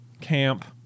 camp